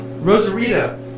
Rosarita